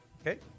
okay